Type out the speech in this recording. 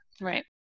right